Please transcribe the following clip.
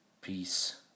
peace